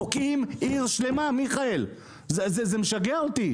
תוקעים עיר שלמה, מיכאל, זה משגע אותי.